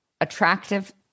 attractive